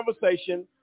conversation